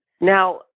Now